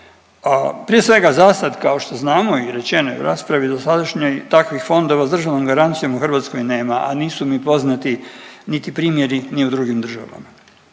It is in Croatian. Prije svega zasad kao što znamo i rečeno je u raspravi dosadašnjoj takvih fondova s državnom garancijom u Hrvatskoj nema, a nisu ni poznati niti primjeri ni u drugim državama.